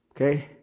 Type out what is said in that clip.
Okay